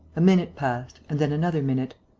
a minute passed and then another minute.